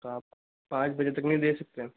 तो आप पाँच बजे तक नहीं दे सकते